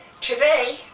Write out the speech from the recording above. Today